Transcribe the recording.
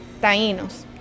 Tainos